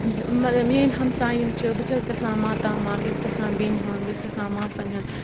میٛٲنۍ ہمساے یِم چھِ بہٕ چھَس گژھان ماتامال بہٕ چھَس گژھان بیٚنہِ ہُنٛد بہٕ چھَس گژھان ماسَن ہُنٛد